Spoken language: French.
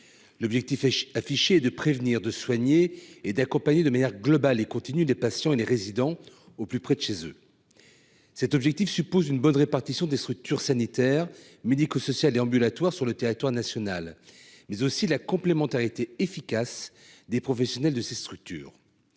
L'objectif affiché est de prévenir, de soigner et d'accompagner de manière globale et continue les patients et les résidents, au plus près de chez eux. Cet objectif suppose une bonne répartition des structures sanitaires, médico-sociales et ambulatoires sur le territoire national, mais aussi la complémentarité efficace des professionnels de ces structures.